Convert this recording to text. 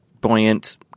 buoyant